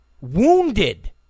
wounded